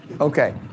Okay